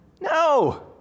no